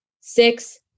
six